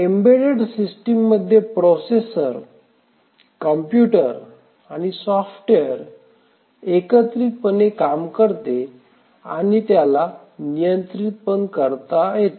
embedded system मध्ये processor computer आणि software एकत्रितपणे काम करते आणि त्याला नियंत्रित पण करते